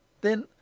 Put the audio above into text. Then